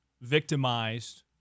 victimized